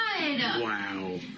Wow